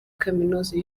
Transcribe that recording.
kaminuza